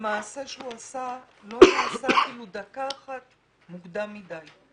המעשה שהוא עשה לא נעשה אפילו דקה אחת מוקדם מדי.